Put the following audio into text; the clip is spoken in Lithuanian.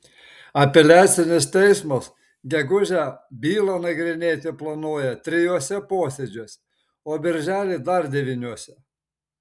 apeliacinis teismas gegužę bylą nagrinėti planuoja trijuose posėdžiuose o birželį dar devyniuose